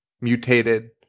Mutated